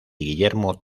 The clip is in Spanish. guillermo